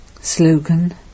Slogan